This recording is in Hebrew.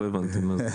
לא הבנתי מה זה.